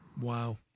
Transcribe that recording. Wow